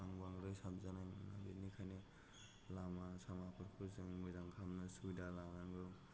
आं बांद्राय साबजानाय मोना बिनिखायनो लामा सामाफोरखौ जों मोजां खालामनो सुबिदा लानांगौ